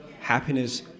happiness